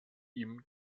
ihm